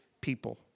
people